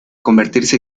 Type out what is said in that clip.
convertirse